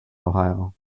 ohio